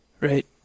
Right